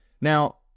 Now